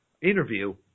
interview